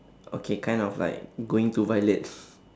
okay kind of like going to violet